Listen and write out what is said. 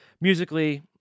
Musically